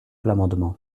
l’amendement